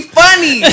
funny